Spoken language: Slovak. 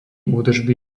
údržby